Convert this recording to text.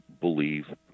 believe